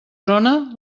trona